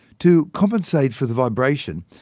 to compensate for the vibration,